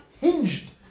hinged